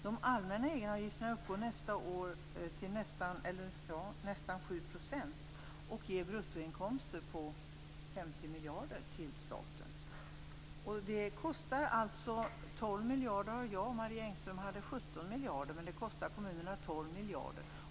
De allmänna egenavgifterna uppgår nästa år till nästan 7 % och ger bruttoinkomster på Det kostar alltså 12 miljarder som jag ser det, fast Marie Engström sade 17 miljarder. Det kostar kommunerna 12 miljarder.